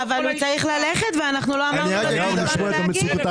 אבל שר האוצר צריך ללכת ולא אמרנו את מה שבאנו להגיד.